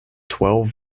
twelve